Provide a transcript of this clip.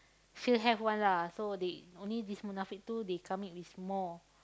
sure have one lah so they only this Munafik two they come it with more